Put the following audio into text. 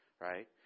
right